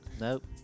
Nope